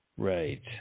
Right